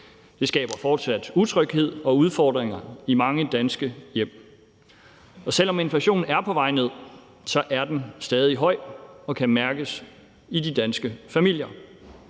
Det skaber fortsat utryghed og udfordringer i mange danske hjem. Og selv om inflationen er på vej ned, er den stadig høj og kan mærkes i de danske familier.